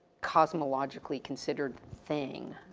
cosmologically considered thing.